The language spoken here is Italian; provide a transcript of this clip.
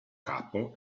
capo